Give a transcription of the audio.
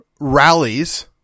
rallies